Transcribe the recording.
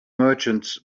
merchants